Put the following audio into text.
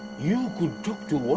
you could talk to